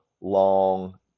long